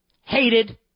hated